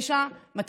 היושב-ראש, לא הבנו.